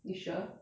you sure